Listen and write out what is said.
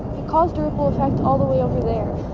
it caused a ripple effect all the way over there